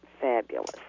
fabulous